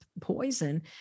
poison